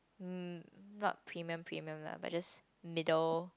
mm not premium premium la but just middle